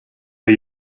are